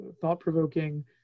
thought-provoking